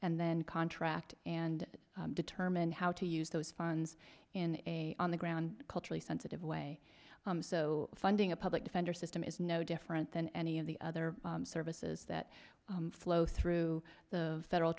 and then contract and determine how to use those funds in a on the ground culturally sensitive way so funding a public defender system is no different than any of the other services that flow through the federal